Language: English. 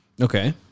Okay